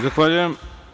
Zahvaljujem.